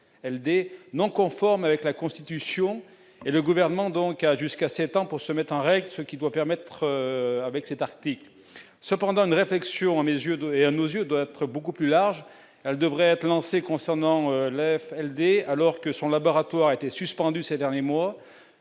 non conforme avec la constitution et le gouvernement d'Ankara jusqu'à 7 ans pour se mettre en règle, ce qui doit permettre, avec cet article cependant une réflexion à mes yeux de et à nos yeux, doit être beaucoup plus large, elle devrait être lancée concernant l'AFLD alors que son laboratoire a été suspendu ces derniers mois